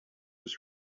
his